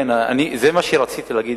כן, זה מה שרציתי להגיד.